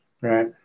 Right